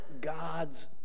God's